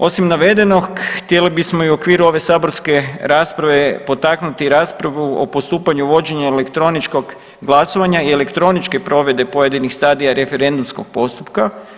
Osim navedenog htjeli bismo i u okviru ove saborske rasprave potaknuti raspravu o postupanju vođenja elektroničkog glasovanja i elektroničke provedbe pojedinih stadija referendumskog postupka.